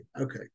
Okay